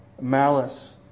malice